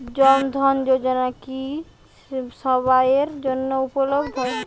জন ধন যোজনা কি সবায়ের জন্য উপলব্ধ?